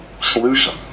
solution